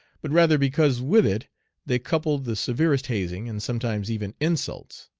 but rather because with it they coupled the severest hazing, and sometimes even insults.